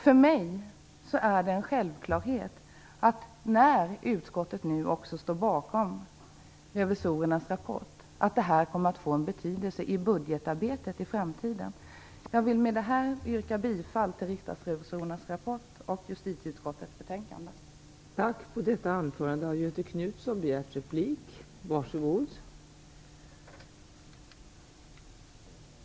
För mig är det en självklarhet att det här, särskilt som utskottet ställer sig bakom Riksdagens revisorers rapport, får betydelse i det framtida budgetarbetet. Med detta yrkar jag bifall till riksdagsrevisorernas rapport och till hemställan i justitieutskottets betänkande nr 2.